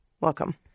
Welcome